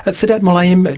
ah sedat mulayim,